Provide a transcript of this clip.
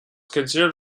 considered